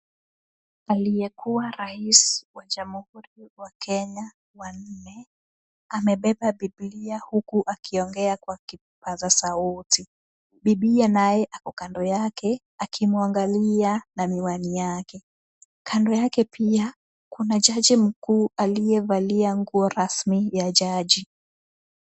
Aliyekuwa rais wa Jamhuri wa Kenya wa nne, amebeba Bibilia huku akiongea kwa kipasa sauti, bibiye naye ako kando yake akimwangalia na miwani yake. Kando yake pia kuna jaji mkuu aliyevalia nguo rasmi ya jaji.